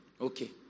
Okay